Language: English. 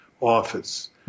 office